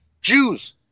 Jews